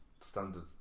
standard